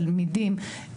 תלמידים,